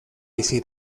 bizi